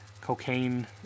cocaine